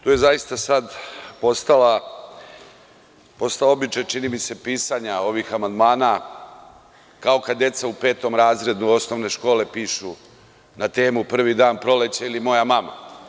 Tu je zaista sad postao običaj, čini mi se, pisanja ovih amandmana kao kad deca u petom razredu osnovne škole pišu na temu „Prvi dan proleća“ ili „Moja mama“